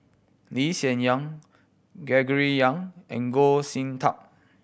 Lee Hsien Yang Gregory Yong and Goh Sin Tub